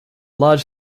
large